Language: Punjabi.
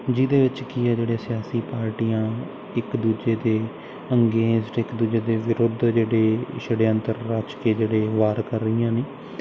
ਜਿਹਦੇ ਵਿੱਚ ਕੀ ਹੈ ਜਿਹੜੇ ਸਿਆਸੀ ਪਾਰਟੀਆਂ ਇੱਕ ਦੂਜੇ 'ਤੇ ਇੰਗੇਜਟ ਇੱਕ ਦੂਜੇ ਦੇ ਵਿਰੁੱਧ ਜਿਹੜੇ ਸ਼ੜਯੰਤਰ ਰਚ ਕੇ ਜਿਹੜੇ ਵਾਰ ਕਰ ਰਹੀਆਂ ਨੇ